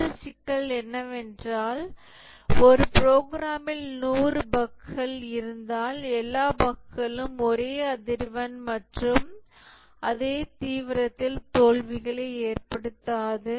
ஒரு சிக்கல் என்னவென்றால் ஒரு ப்ரோக்ராமில் நூறு பஃக்கள் இருந்தால் எல்லா பஃக்களும் ஒரே அதிர்வெண் மற்றும் அதே தீவிரத்தில் தோல்விகளை ஏற்படுத்தாது